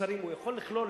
מוצרים הוא יכול לכלול,